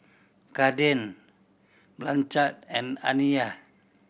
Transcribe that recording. Kaden Blanchard and Aniyah